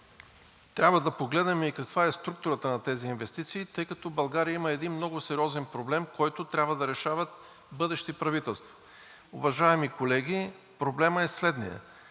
трябва да погледнем и каква е структурата на тези инвестиции, тъй като в България има един много сериозен проблем, който трябва да решават бъдещи правителства. Уважаеми колеги, проблемът е следният.